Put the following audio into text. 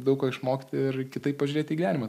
daug ko išmokti ir kitaip pažiūrėti į gyvenimą